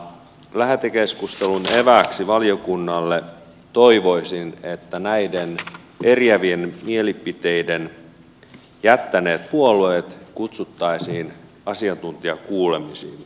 lähetekeskustelun evääksi valiokunnalle toivoisin että nämä eriävät mielipiteet jättäneet puolueet kutsuttaisiin asiantuntijakuulemisiin